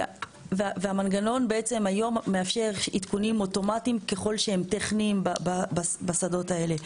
המנגנון בעצם היום מאפשר עדכונים אוטומטיים ככל שהם טכניים בשדות האלה.